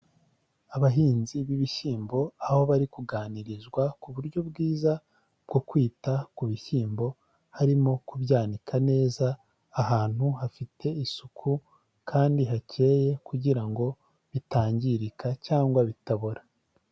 Abahinzi b'ibishyimbo, aho bari kuganirizwa ku buryo bwiza bwo kwita ku bishyimbo, harimo kubyanika neza ahantu hafite isuku kandi hakeye kugira ngo bitangirika cyangwa bitabora.